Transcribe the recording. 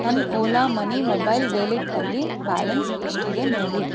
ನನ್ನ Ola money mobile ವ್ಯಾಲೆಟ್ಟಲ್ಲಿ balance ಎಷ್ಟಿದೆ ನೋಡು